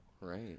Right